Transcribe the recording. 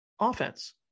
offense